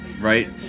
right